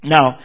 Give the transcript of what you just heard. Now